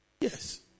yes